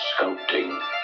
sculpting